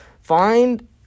Find –